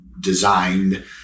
designed